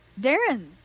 Darren